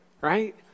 right